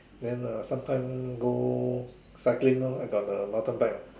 then uh sometime go cycling lor I got the mountain bike what